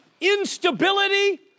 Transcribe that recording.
instability